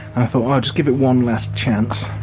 i thought i'd give it one last chance